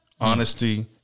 honesty